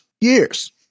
Years